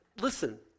Listen